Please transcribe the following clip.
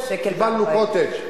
קיבלנו "קוטג'".